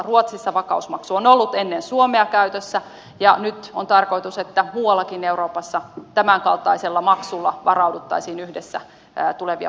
ruotsissa vakausmaksu on ollut ennen suomea käytössä ja nyt on tarkoitus että muuallakin euroopassa tämän kaltaisella maksulla varauduttaisiin yhdessä tulevia